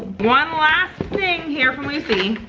one last thing here from lucie.